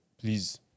please